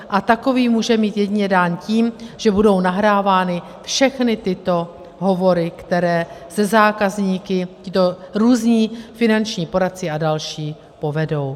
A takový může mít jedině dán tím, že budou nahrávány všechny tyto hovory, které se zákazníky tito různí finanční poradci a další povedou.